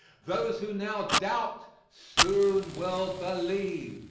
those who now doubt soon will believe